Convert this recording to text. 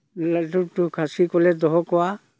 ᱞᱟᱹᱴᱩ ᱞᱟᱹᱴᱩ ᱠᱷᱟᱹᱥᱤ ᱠᱚᱞᱮ ᱫᱚᱦᱚ ᱠᱚᱣᱟ